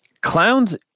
Clowns